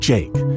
Jake